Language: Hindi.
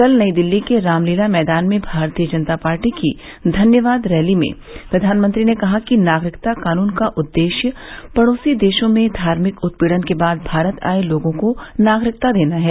कल नई दिल्ली के रामलीला मैदान में भारतीय जनता पार्टी की धन्यवाद रैली में प्रधानमंत्री ने कहा कि नागरिकता कानून का उद्देश्य पड़ोसी देशों में धार्मिक उत्पीड़न के बाद भारत आए लोगों को नागरिकता देना है